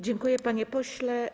Dziękuję, panie pośle.